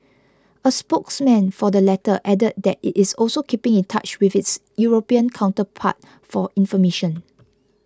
a spokesman for the latter added that it is also keeping in touch with its European counterpart for information